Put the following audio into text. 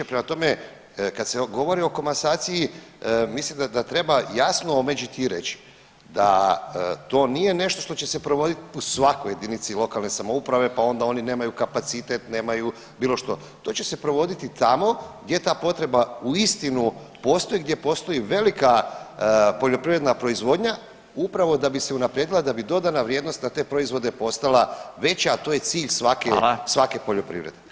Prema tome, kad se govori o komasaciji mislim da treba jasno omeđiti i reći da to nije nešto što će se provodit u svakoj JLS, pa onda oni nemaju kapacitet, nemaju bilo što, to će se provoditi tamo gdje ta potreba uistinu postoji, gdje postoji velika poljoprivredna proizvodnja upravo da bi se unaprijedila i da bi dodana vrijednost na te proizvode postala veća, a to je cilj svake, svake poljoprivrede.